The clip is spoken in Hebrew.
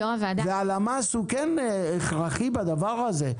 הלמ"ס הוא כן הכרחי בדבר הזה,